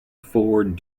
ford